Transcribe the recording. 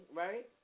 right